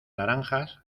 naranjas